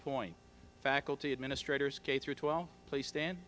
point faculty administrators k through twelve place